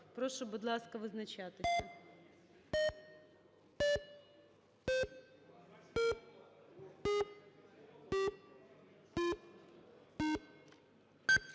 Прошу, будь ласка, визначатися.